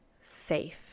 safe